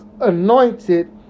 anointed